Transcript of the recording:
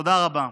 תודה רבה.